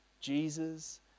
Jesus